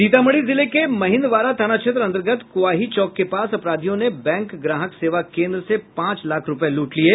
सीतामढ़ी जिले के महिन्दवारा थाना क्षेत्र अंतर्गत कोआही चौक के पास अपराधियों ने बैंक ग्राहक सेवा केन्द्र से पांच लाख रूपये लूट लिये